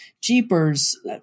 jeepers